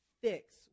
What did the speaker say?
fix